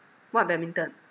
what badminton